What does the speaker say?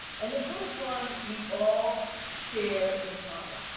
and the first one, we all share in common.